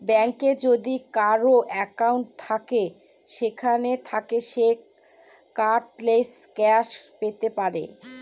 ব্যাঙ্কে যদি কারোর একাউন্ট থাকে সেখান থাকে সে কার্ডলেস ক্যাশ পেতে পারে